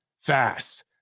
fast